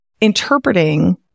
interpreting